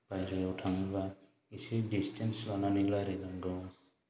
बाहेरायाव थाङोब्ला एसे डिस्टेन्स थानानै रायज्लाय नांगौ